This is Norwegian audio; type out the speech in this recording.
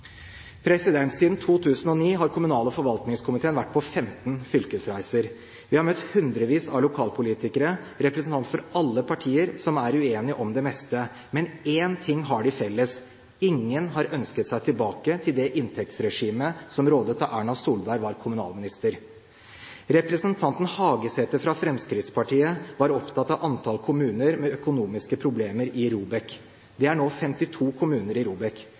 Siden 2009 har kommunal- og forvaltningskomiteen vært på 15 fylkesreiser. Vi har møtt hundrevis av lokalpolitikere, representanter fra alle partier, som er uenige om det meste. Men én ting har de felles: Ingen har ønsket seg tilbake til det inntektsregimet som rådet da Erna Solberg var kommunalminister. Representanten Hagesæter fra Fremskrittspartiet var opptatt av antall kommuner med økonomiske problemer i ROBEK. Det er nå 52 kommuner i ROBEK.